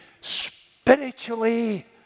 spiritually